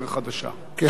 חבר הכנסת שי,